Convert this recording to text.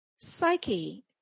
Psyche